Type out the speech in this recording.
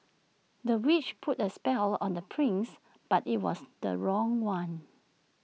the witch put A spell on the prince but IT was the wrong one